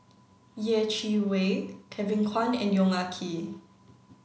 Yeh Chi Wei Kevin Kwan and Yong Ah Kee